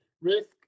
risk